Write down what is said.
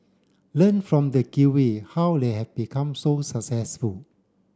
learn from the Kiwi how they have become so successful